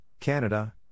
Canada